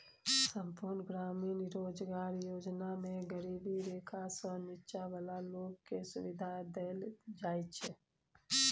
संपुर्ण ग्रामीण रोजगार योजना मे गरीबी रेखासँ नीच्चॉ बला लोक केँ सुबिधा देल जाइ छै